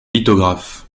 lithographe